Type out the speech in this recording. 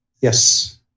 Yes